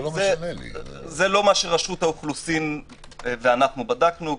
זה לא מה שרשות האוכלוסין ואנחנו בדקנו.